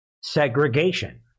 segregation